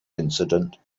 incident